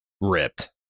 ripped